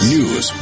News